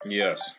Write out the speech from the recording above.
yes